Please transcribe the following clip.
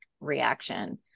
reaction